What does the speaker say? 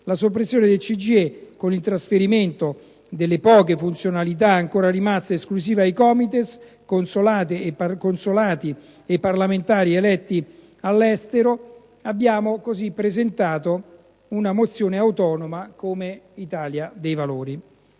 la soppressione, con il trasferimento delle poche funzionalità ancora rimaste esclusive ai Comites, consolati e parlamentari eletti all'estero, abbiamo voluto presentare una mozione autonoma come Italia dei Valori.